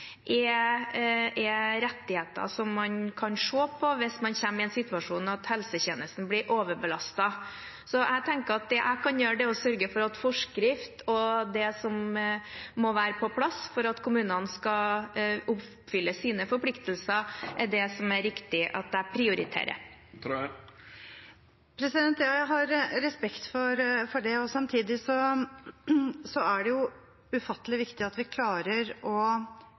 er rettigheter man kan se på hvis man kommer i en situasjon hvor helsetjenesten blir overbelastet. Det som er riktig for meg å prioritere, er å sørge for at forskrift og det som må være på plass for at kommunene skal kunne oppfylle sine forpliktelser, er på plass. Jeg har respekt for det. Samtidig er det ufattelig viktig at vi klarer å hjelpe bedre, og at tjenestene er bedre koordinert enn de har vært. Hele formålet med likeverdsreformen er jo nettopp at man skal klare å